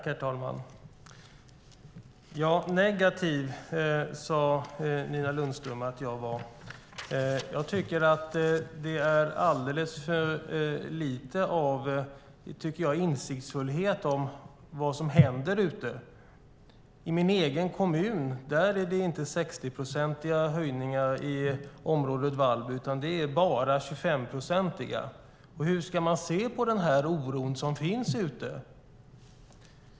Herr talman! Negativ, sade Nina Lundström att jag var. Jag tycker att det är alldeles för lite av insiktsfullhet om vad som händer ute. I min egen kommun är det inte 60-procentiga höjningar i området Vallby, utan det är bara 25-procentiga. Hur ska man se på den oro som finns ute?